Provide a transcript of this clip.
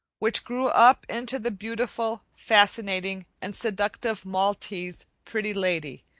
which grew up into the beautiful, fascinating, and seductive maltese pretty lady,